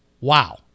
Wow